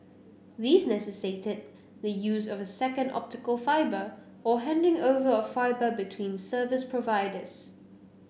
these necessitated the use of a second optical fibre or handing over of fibre between service providers